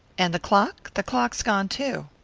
and the clock? the clock's gone too.